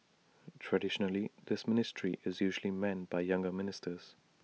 traditionally this ministry is usually manned by younger ministers